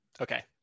Okay